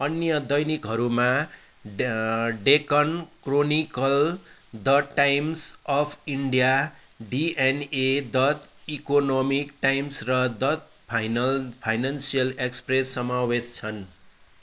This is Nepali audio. अन्य दैनिकहरूमा Deccan Chronicle the Times of India DNA the Economic Times र द फाइनल फाइनान्सियल एक्सप्रेस समावेश छन्